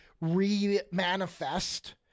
re-manifest